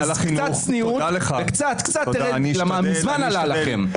קצת צניעות וקצת קצת לרדת כי מזמן עלה לכם.